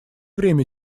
время